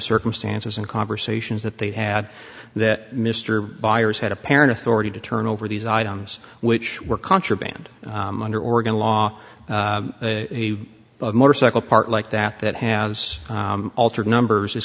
circumstances and conversations that they had that mr byers had apparent authority to turn over these items which were contraband under oregon law a motorcycle part like that that has altered numbers is